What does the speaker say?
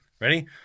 Ready